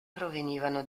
provenivano